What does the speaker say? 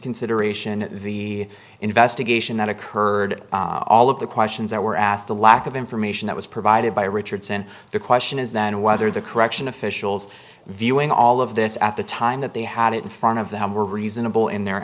consideration the investigation that occurred all of the questions that were asked the lack of information that was provided by richardson the question is then whether the correction officials viewing all of this at the time that they had it in front of them were reasonable in their